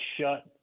shut